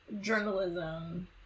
journalism